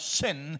sin